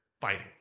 fighting